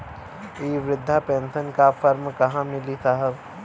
इ बृधा पेनसन का फर्म कहाँ मिली साहब?